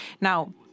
Now